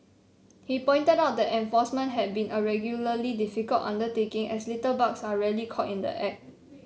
he pointed out that enforcement had been a regularly difficult undertaking as litterbugs are rarely caught in the act